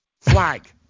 Flag